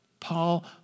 Paul